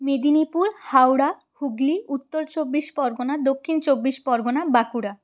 Medinipur Howrah Hooghly Uttar Chabbish Pargana Dakshin Chabbish Pargana Bankura